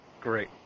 Great